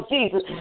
Jesus